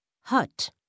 hut